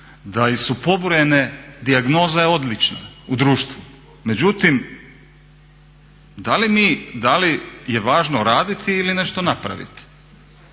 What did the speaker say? da su pobrojane, dijagnoza je odlična u društvu, međutim da li mi, da li je važno raditi ili nešto napraviti?